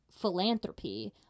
philanthropy